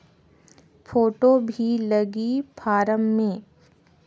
Photo भी लगी form मे?